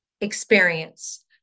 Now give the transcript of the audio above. experience